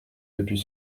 depuis